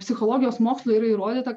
psichologijos mokslu yra įrodyta